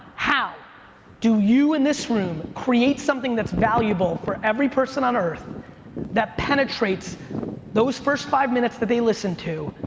how do you in this room create something that's valuable for every person on earth that penetrates those first five minutes that they listen to,